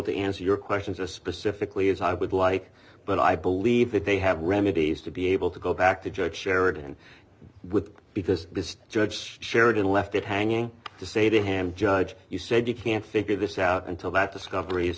to answer your questions or specifically as i would like but i believe that they have remedies to be able to go back to judge sheridan with because this judge sheridan left it hanging to say the hand judge you said you can't figure this out until that discovery is